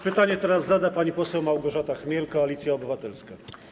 Pytanie teraz zada pani poseł Małgorzata Chmiel, Koalicja Obywatelska.